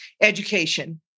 education